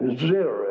zero